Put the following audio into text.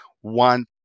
one